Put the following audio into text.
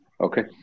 Okay